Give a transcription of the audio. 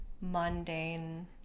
mundane